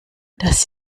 das